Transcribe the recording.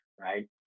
right